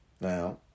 Now